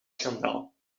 schandaal